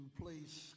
place